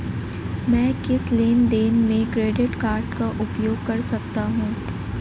मैं किस लेनदेन में क्रेडिट कार्ड का उपयोग कर सकता हूं?